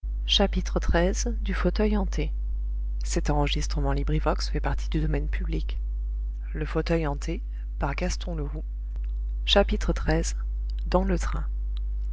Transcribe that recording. la nox xiii dans le train